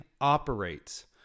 operates